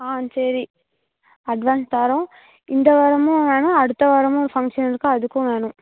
ஆ சரி அட்வான்ஸ் தாரோம் இந்த வாரமும் வேணும் அடுத்த வாரமும் ஃபங்க்ஷன் இருக்குது அதுக்கும் வேணும்